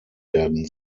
werden